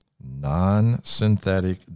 non-synthetic